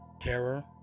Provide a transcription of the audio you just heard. Terror